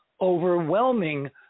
overwhelming